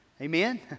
Amen